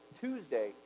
Tuesday